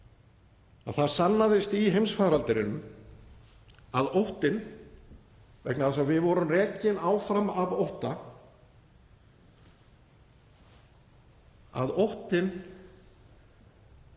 að það sannaðist í heimsfaraldrinum að óttinn, vegna þess að við vorum rekin áfram af ótta, kallar